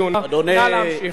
מה זה, ריאליטי?